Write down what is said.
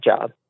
job